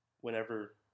whenever